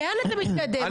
לאן אתה מתקדם?